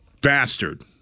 bastard